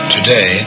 Today